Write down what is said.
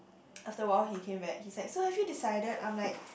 after awhile he came back he's like so have you decided I'm like